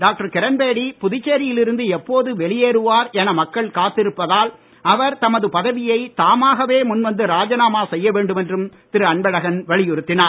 doctor Kiran Bedi புதுச்சேரியில் இருந்து எப்போது வெளியேறுவார் என மக்கள் காத்திருப்பதால் அவர் தமது பதவியை தாமாகவே முன்வந்து ராஜினாமா செய்ய வேண்டும் என்று திரு அன்பழகன் வலியுறுத்தினார்